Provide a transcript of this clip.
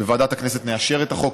בוועדת הכנסת נאשר את החוק,